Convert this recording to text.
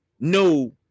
no